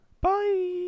bye